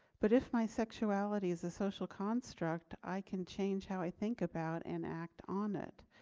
but if my sexuality is a social construct, i can change how i think about and act on it.